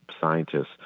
scientists